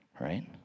Right